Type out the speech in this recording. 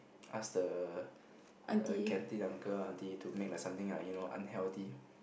ask the the canteen uncle aunty to make like something like you know like unhealthy